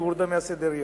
והיא הורדה מסדר-היום.